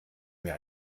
mir